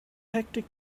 hectic